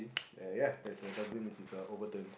uh ya there's a dustbin which is uh overturned